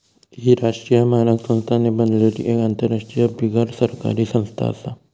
ही राष्ट्रीय मानक संस्थांनी बनलली एक आंतरराष्ट्रीय बिगरसरकारी संस्था आसा